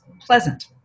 pleasant